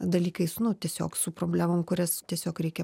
dalykais nu tiesiog su problemom kurias tiesiog reikia